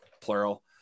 plural